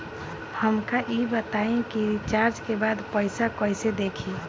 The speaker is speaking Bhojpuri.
हमका ई बताई कि रिचार्ज के बाद पइसा कईसे देखी?